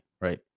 right